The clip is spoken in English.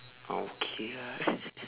ah okay lah